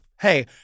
Hey